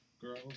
Girls